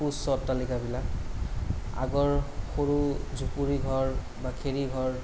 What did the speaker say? সু উচ্চ অট্টালিকাবিলাক আগৰ সৰু জুপুৰি ঘৰ বা খেৰী ঘৰ